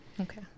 Okay